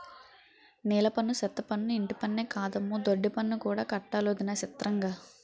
నీలపన్ను, సెత్తపన్ను, ఇంటిపన్నే కాదమ్మో దొడ్డిపన్ను కూడా కట్టాలటొదినా సిత్రంగా